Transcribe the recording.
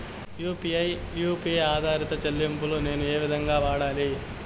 UPI U P I ఆధారిత చెల్లింపులు నేను ఏ విధంగా వాడాలి?